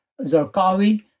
Zarqawi